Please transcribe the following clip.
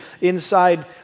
inside